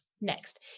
Next